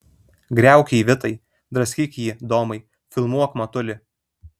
griauk jį vitai draskyk jį domai filmuok matuli